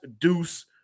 deuce